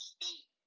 State